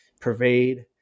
pervade